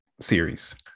series